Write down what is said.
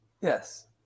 Yes